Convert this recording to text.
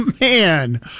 Man